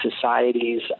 societies